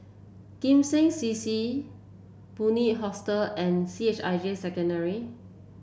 Kim Seng C C Bunc Hostel and C H I J Secondary